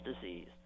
disease